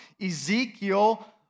Ezekiel